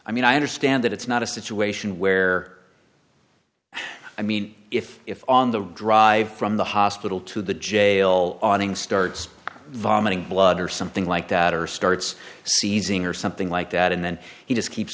i mean i understand that it's not a situation where i mean if if on the drive from the hospital to the jail awnings starts vomiting blood or something like that or starts seizing or something like that and then he just keeps